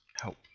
help